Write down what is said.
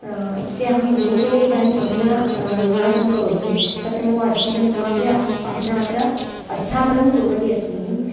इत्युक्ते अहं गुरुकुले इदानीं अधुना निवासं करोमि तत्र मम अध्ययनं समाप्य अधुना अत्र अध्यापनं कुर्वती अस्मि